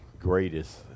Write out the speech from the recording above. greatest